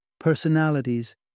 personalities